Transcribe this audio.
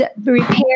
repair